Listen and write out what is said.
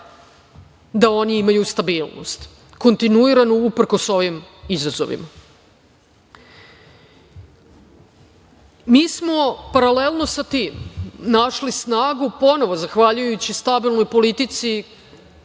da oni imaju stabilnost kontinuiranu, uprkos ovim izazovima. Mi smo paralelno sa tim našli snagu ponovo zahvaljujući stabilnoj politici